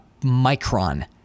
micron